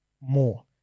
more